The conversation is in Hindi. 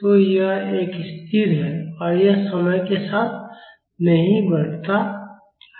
तो यह एक स्थिर है और यह समय के साथ नहीं बढ़ता है